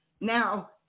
Now